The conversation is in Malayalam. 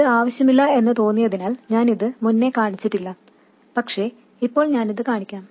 ഇത് ആവശ്യമില്ല എന്നു തോന്നിയതിനാൽ ഞാൻ ഇത് മുന്നേ കാണിച്ചിട്ടില്ല പക്ഷേ ഇപ്പോൾ ഞാൻ അത് കാണിക്കാം